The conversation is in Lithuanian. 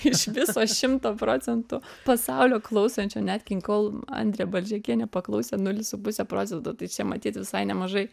iš viso šimto procentų pasaulio klausančių nat king cole andrė balžekienė paklausė nulis su puse procentų tai čia matyt visai nemažai